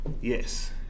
yes